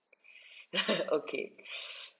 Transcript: okay